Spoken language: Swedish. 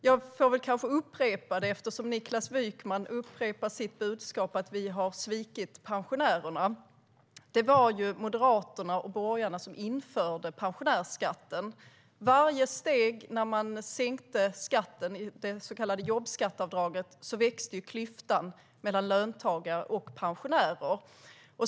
Jag får väl kanske upprepa det, eftersom Niklas Wykman upprepar sitt budskap att vi har svikit pensionärerna. Det var ju Moderaterna och borgarna som införde pensionärsskatten. För varje steg man sänkte skatten, med det så kallade jobbskatteavdraget, växte klyftan mellan löntagare och pensionärer.